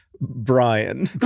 Brian